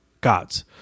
gods